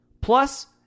Plus